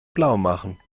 blaumachen